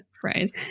phrase